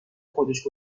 خودش